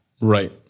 right